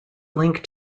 link